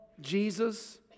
Jesus